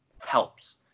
helps